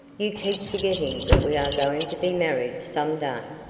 you keep forgetting that we are going to be married some day.